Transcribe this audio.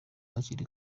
hakiri